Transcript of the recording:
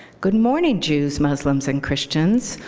good morning jews, muslims, and christians,